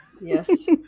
yes